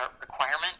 requirement